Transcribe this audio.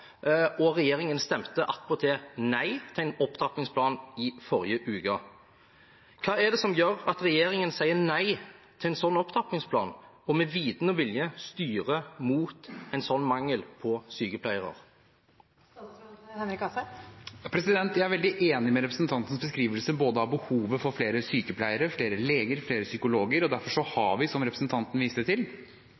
og regjeringen stemte i forrige uke attpåtil nei til en opptrappingsplan. Hva er det som gjør at regjeringen sier nei til en sånn opptrappingsplan og med viten og vilje styrer mot en sånn mangel på sykepleiere? Jeg er veldig enig i representantens beskrivelse både av behovet for flere sykepleiere, flere leger og flere psykologer. Derfor